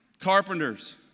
carpenters